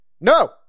No